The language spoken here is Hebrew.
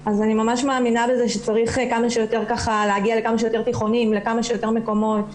אני ממש מאמינה שצריך להגיע לכמה שיותר תיכונים ולכמה שיותר מקומות.